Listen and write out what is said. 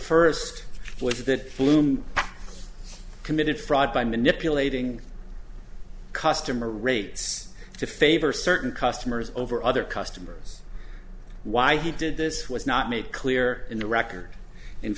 first was that bloom committed fraud by manipulating customer rates to favor certain customers over other customers why he did this was not made clear in the record in